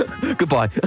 goodbye